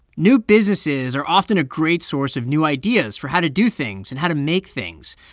new businesses are often a great source of new ideas for how to do things and how to make things.